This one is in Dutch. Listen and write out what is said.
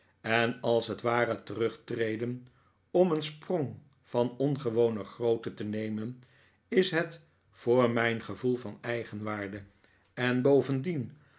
en als het ware terugtreden om een sprong van ongewone grootte te nemen is het voor mijn gevoel van eigenwaarde en bovendien